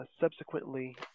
subsequently